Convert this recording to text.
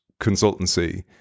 consultancy